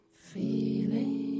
feeling